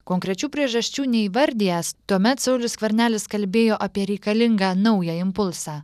konkrečių priežasčių neįvardijęs tuomet saulius skvernelis kalbėjo apie reikalingą naują impulsą